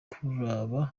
kuraba